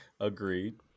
Agreed